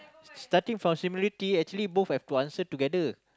starting from similarity actually both I put answer together